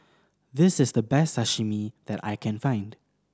this is the best Sashimi that I can find